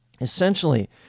Essentially